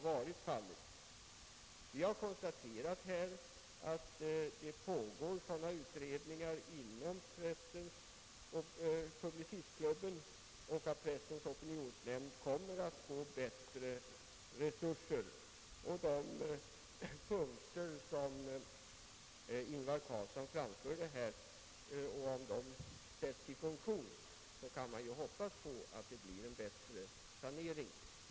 Vi har konstaterat att det pågår utredningar inom Publicistklubben och att Pressens opinionsnämnd kommer att få större resurser — jag tänker på de punkter som Ingvar Carlsson läste upp. Om de sätts i funktion kan man ju hoppas på en sanering.